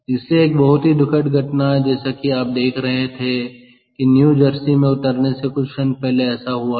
इसलिए एक बहुत ही दुखद घटना जैसा कि आप देख रहे हैं थे कि न्यू जर्सी में उतरने से कुछ क्षण पहले ऐसा हुआ था